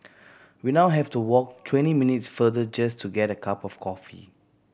we now have to walk twenty minutes further just to get a cup of coffee